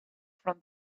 from